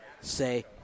say